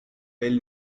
well